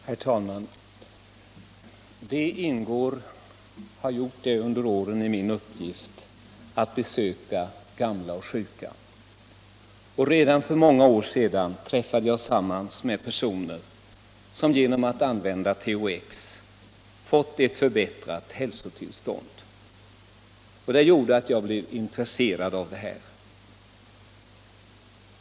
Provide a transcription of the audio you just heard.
Herr talman! Under flera år har det ingått i min uppgift att besöka gamla och sjuka. Redan för många år sedan sammanträffade jag med personer som genom att använda THX fått ett förbättrat hälsotillstånd. Detta gjorde att jag blev intresserad av THX-frågan.